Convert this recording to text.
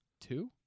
two